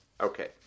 Okay